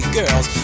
girls